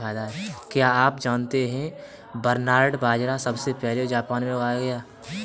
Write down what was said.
क्या आप जानते है बरनार्ड बाजरा सबसे पहले जापान में उगाया गया